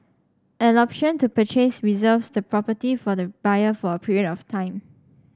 an option to purchase reserves the property for the buyer for a period of time